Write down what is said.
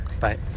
bye